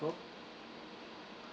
for